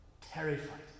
terrified